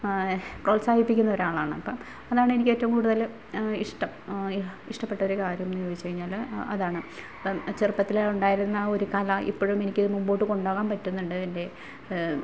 പ്രോൽസാഹിപ്പിക്കുന്ന ഒരാളാണ് അപ്പോൾ അതാണ് എനിക്കേറ്റവും കൂടുതൽ ഇഷ്ടം ഇഷ്ടപ്പെട്ട ഒരു കാര്യം എന്ന് ചോദിച്ചു കഴിഞ്ഞാൽ അതാണ് അപ്പം ചെറുപ്പത്തിലെ ഉണ്ടായിരുന്ന ഒരു കല ഇപ്പോഴും എനിക്ക് മുൻപോട്ട് കൊണ്ടുപോകാൻ പറ്റുന്നുണ്ട് എൻ്റെ